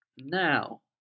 Now